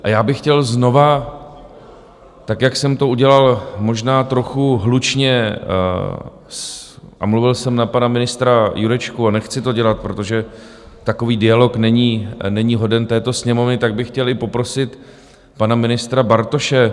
A já bych chtěl znova, tak, jak jsem to udělal, možná trochu hlučně, a mluvil jsem na pana ministra Jurečku a nechci to dělat, protože takový dialog není hoden této Sněmovny tak bych chtěl i poprosit pana ministra Bartoše.